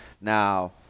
Now